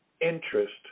interest